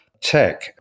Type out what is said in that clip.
tech